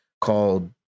called